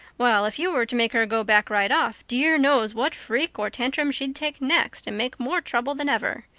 while, if you were to make her go back right off, dear knows what freak or tantrum she'd take next and make more trouble than ever.